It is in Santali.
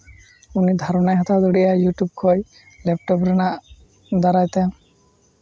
ᱩᱱᱤ ᱫᱷᱟᱨᱚᱱᱟᱭ ᱦᱟᱛᱟᱣ ᱫᱟᱲᱭᱟᱜᱼᱟ ᱤᱭᱩᱴᱩᱵᱽ ᱠᱷᱚᱱ ᱞᱮᱯᱴᱚᱯ ᱨᱮᱱᱟᱜ ᱫᱟᱨᱟᱭ ᱛᱮ